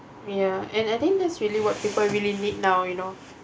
ya and I think that's really what people really need now you know